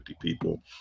people